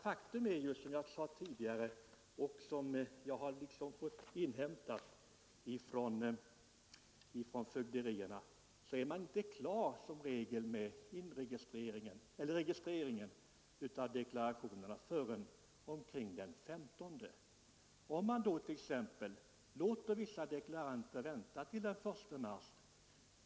Faktum är, som jag sade tidigare och som jag har inhämtat från fögderierna, att man som regel inte är klar med registreringen av deklarationerna förrän omkring den 15:e. Då borde man väl t.ex. kunna låta vissa deklaranter dröja till den 1 mars.